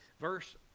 Verse